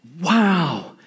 Wow